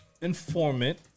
informant